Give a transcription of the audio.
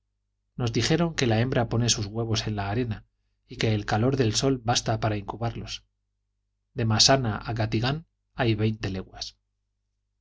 nos dijeron que la hembra pone sus huevos en la arena y que el calor del sol basta para incubarlos de massana a gatigán hay veinte leguas